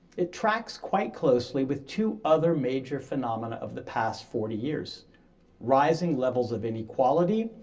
it tracks quite closely with two other major phenomena of the past forty years rising levels of inequality,